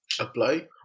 apply